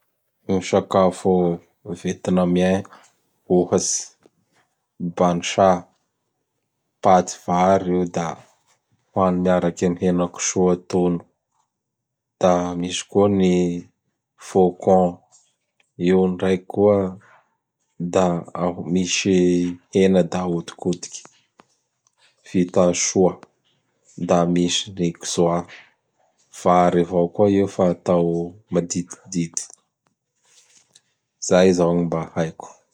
Gny sakafo Vietnamien ohatsy: Bansa, paty vary io da hoany miaraky am henakosoa atono. Da misy koa ny fôkôn, io ndraiky koa da misy hena da ahodikodiky, vità soa. Da misy ny koa vary avao koa io fa atao maditidity. Zay zao gn mba haiko.